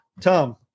Tom